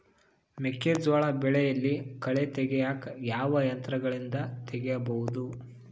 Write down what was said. ಮೆಕ್ಕೆಜೋಳ ಬೆಳೆಯಲ್ಲಿ ಕಳೆ ತೆಗಿಯಾಕ ಯಾವ ಯಂತ್ರಗಳಿಂದ ತೆಗಿಬಹುದು?